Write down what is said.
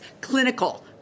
clinical